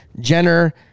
Jenner